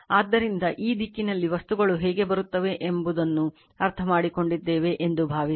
ಆದ್ದರಿಂದ ಈ ದಿಕ್ಕಿನಲ್ಲಿ ವಸ್ತುಗಳು ಹೇಗೆ ಬರುತ್ತವೆ ಎಂಬುದನ್ನು ಅರ್ಥಮಾಡಿಕೊಂಡಿದ್ದೇವೆ ಎಂದು ಭಾವಿಸಿ